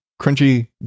crunchy